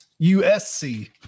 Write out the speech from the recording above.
USC